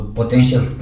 potential